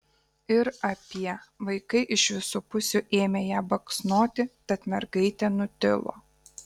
ir apie vaikai iš visų pusių ėmė ją baksnoti tad mergaitė nutilo